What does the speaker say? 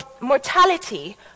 mortality